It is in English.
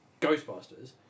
Ghostbusters